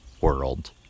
world